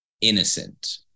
innocent